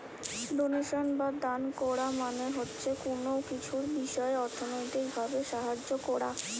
donation বা দান কোরা মানে হচ্ছে কুনো কিছুর বিষয় অর্থনৈতিক ভাবে সাহায্য কোরা